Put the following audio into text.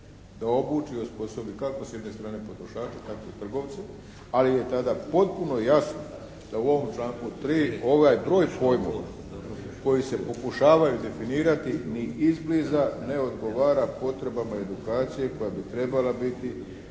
da obuči, osposobi kako s jedne strane potrošače tako i trgovce. Ali je tada potpuno jasno da u ovom članku 3. ovaj broj pojmova koji se pokušavaju definirati ni izbliza ne odgovara potrebama edukacije koja bi trebala biti